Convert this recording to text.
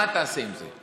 מה תעשה עם זה?